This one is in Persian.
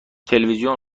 تلویزیون